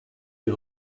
des